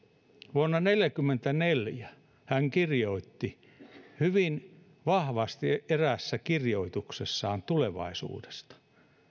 vuonna neljäkymmentäneljä hän kirjoitti hyvin vahvasti eräässä kirjoituksessaan tulevaisuudesta